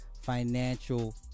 financial